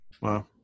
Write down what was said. Wow